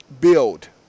build